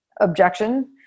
objection